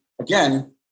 again